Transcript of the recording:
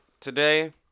today